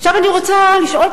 עכשיו אני רוצה לשאול,